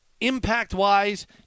impact-wise